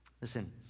Listen